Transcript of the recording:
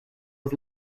was